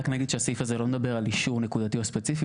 אני רק אגיד שהסעיף הזה לא מדבר על אישור נקודתי או ספציפי,